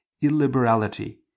illiberality